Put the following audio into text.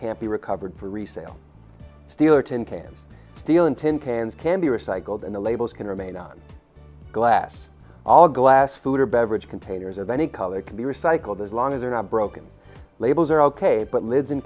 can't be recovered for resale steeler tin cans steel and tin cans can be recycled and the labels can remain on glass all glass food or beverage containers of any color can be recycled as long as they're not broken labels are ok but lives in